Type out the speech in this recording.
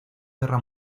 guerra